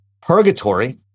purgatory